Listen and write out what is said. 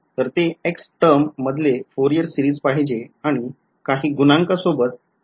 तर ते X term मधले फोरियार सिरीज पाहिजे आणि काही गुणांक सोबत ते X वर निर्भर नसले पाहिजे